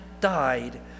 died